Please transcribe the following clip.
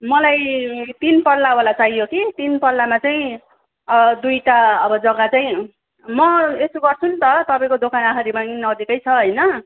मलाई तिन पल्लावाला चाहियो कि तिन पल्लामा चाहिँ दुईवटा अब जग्गा चाहिँ म यसो गर्छु नि त तपाईँको दोकान आखिरैमा यी नजिकै छ होइन